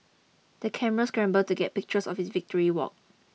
the camera scramble to get pictures of his victory walk